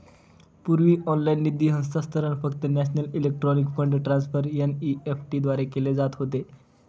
पूर्वी ऑनलाइन निधी हस्तांतरण फक्त national electronic fund transfer NEFT द्वारे केले जात होते